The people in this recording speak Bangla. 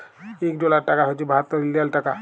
ইক ডলার টাকা হছে বাহাত্তর ইলডিয়াল টাকা